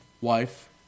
wife